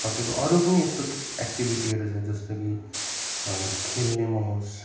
तपाईँको अरू पनि यस्तो एक्टिभिटीहरू छ जस्तो कि खेल्नेमा होस्